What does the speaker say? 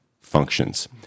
functions